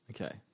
Okay